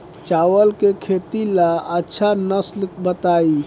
चावल के खेती ला अच्छा नस्ल बताई?